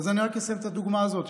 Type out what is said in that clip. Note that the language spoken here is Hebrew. אז אני רק אסיים את הדוגמה הזאת.